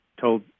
told